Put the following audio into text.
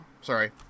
Sorry